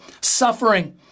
suffering